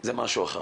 זה משהו אחר,